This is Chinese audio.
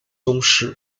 宗室